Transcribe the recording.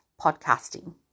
podcasting